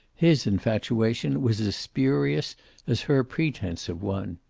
his infatuation was as spurious as her pretense of one.